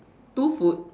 two food